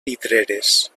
vidreres